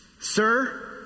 sir